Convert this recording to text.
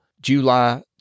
July